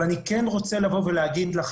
אבל אני כן רוצה להגיד לך,